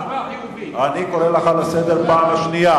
בצורה החיובית, אני קורא אותך לסדר פעם שנייה.